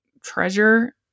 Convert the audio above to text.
treasure